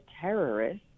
terrorist